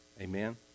Amen